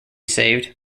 saved